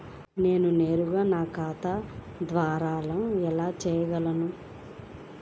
నేను నేరుగా నా ఖాతా ద్వారా చెల్లింపులు ఎలా చేయగలను?